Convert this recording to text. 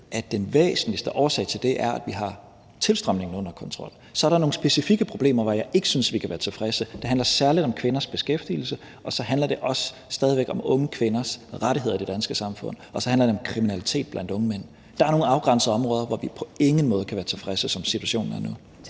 den væsentligste årsag til det er, at vi har tilstrømningen under kontrol. Så er der nogle specifikke problemer, hvor jeg ikke synes at vi kan være tilfredse, og det handler særlig om kvinders beskæftigelse, og så handler det stadig væk også om unge kvinders rettigheder i det danske samfund, og så handler det om kriminalitet blandt unge mænd. Der er nogle afgrænsede områder, hvor vi på ingen måde kan være tilfredse, som situationen er nu.